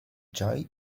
joy